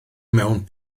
mewn